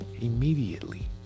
Immediately